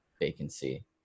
vacancy